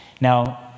Now